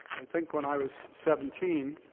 i think, when i was seventeen,